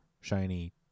Shiny